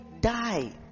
die